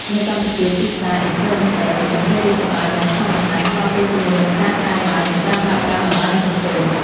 នៅកម្ពុជា ទីផ្សារ Influencer នេះកំពុងរីកចម្រើនយ៉ាងឆាប់រហ័ស ស្របពេលជាមួយនឹងការកើនឡើងនៃការប្រើប្រាស់បណ្តាញសង្គម។